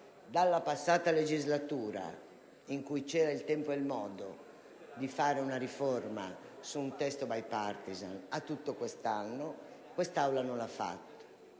dalla passata legislatura, in cui c'era il tempo e il modo di fare una riforma su un testo *bipartisan*, a tutto quest'anno, l'Aula non l'ha fatta.